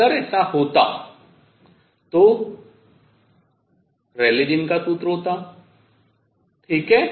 अगर ऐसा होता तो रेले जीन का सूत्र होता ठीक है